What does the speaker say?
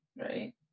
Right